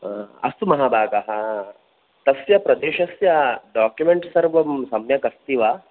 अस्तु महाभागः तस्य प्रदेशस्य डाक्युमेण्ट् सर्वं सम्यक् अस्ति वा